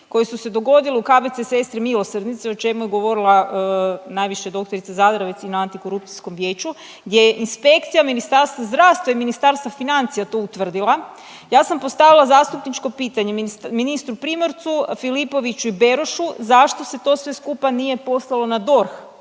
koje su se dogodilo u KBC Sestre milosrdnice o čemu je govorila najviše doktorica Zadravec i na antikorupcijskom vijeću gdje je Inspekcija Ministarstva zdravstva i Ministarstva financija to utvrdila. Ja sam postavila zastupničke pitanje ministru Primorcu, Filipoviću i Berošu zašto se to sve skupa nije poslalo na DORH.